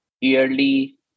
yearly